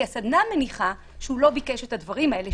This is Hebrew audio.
כי הסדנה מניחה שהוא לא ביקש את הדברים האלה,